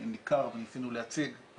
ניכר וניסינו להציג,